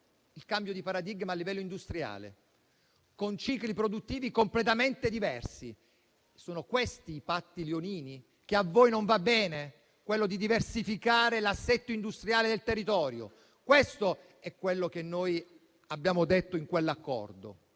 il cambio di paradigma a livello industriale, con cicli produttivi completamente diversi. Sono questi i patti leonini che a voi non vanno bene, ossia diversificare l'assetto industriale del territorio? Questo è quello che abbiamo detto in quell'accordo: